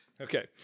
Okay